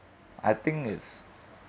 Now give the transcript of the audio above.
I think its